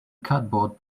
cardboard